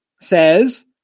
says